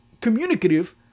communicative